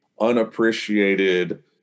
unappreciated